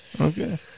Okay